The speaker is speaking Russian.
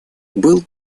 был